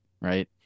right